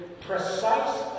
precise